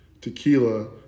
tequila